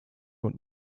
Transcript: und